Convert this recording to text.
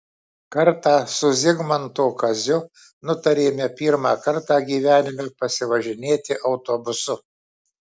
kartą su zigmanto kaziu nutarėme pirmą kartą gyvenime pasivažinėti autobusu